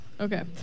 Okay